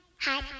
Hi